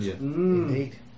Indeed